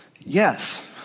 Yes